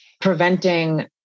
preventing